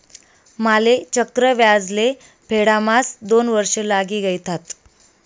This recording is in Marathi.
माले चक्रव्याज ले फेडाम्हास दोन वर्ष लागी गयथात